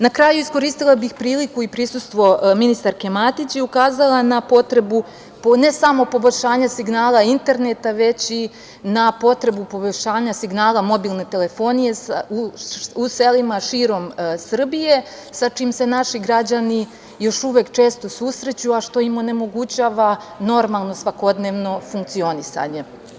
Na kraju, iskoristila bih priliku i prisustvo ministarke Matić i ukazala na potrebu ne samo poboljšanja signala interneta, već i na potrebu poboljšanja signala mobilne telefonije u selima širom Srbije sa čime se naši građani još uvek često susreću, a što im onemogućava normalno svakodnevno funkcionisanje.